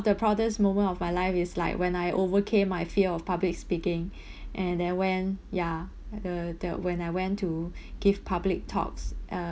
the proudest moment of my life is like when I overcame my fear of public speaking and then went ya uh that when I went to give public talks uh